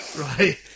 Right